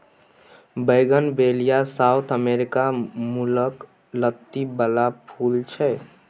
bougainvillea South America मुलक लत्ती बला फुल छै